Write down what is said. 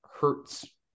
hurts